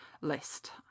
list